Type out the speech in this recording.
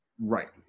Right